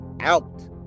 out